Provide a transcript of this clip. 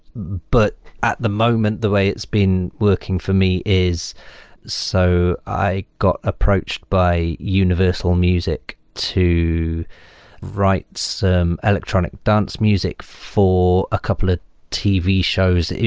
but at the moment, the way it's been working for me is so i got approached by universal music to write some electronic dance music for a couple of tv shows.